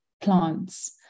plants